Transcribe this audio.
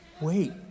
wait